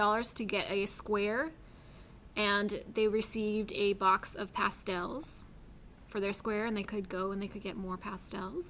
dollars to get a square and they received a box of pastels for their square and they could go and they could get more pas